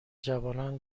جوانان